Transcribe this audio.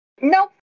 Nope